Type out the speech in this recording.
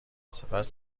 سپس